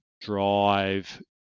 drive